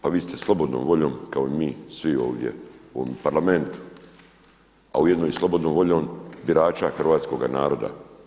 Pa vi ste slobodnom voljom kao i mi svi ovdje u ovom parlamentu, a ujedno i slobodnom voljom birača hrvatskoga naroda.